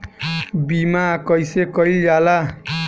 बीमा कइसे कइल जाला?